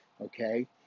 Okay